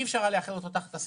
אנחנו